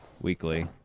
weekly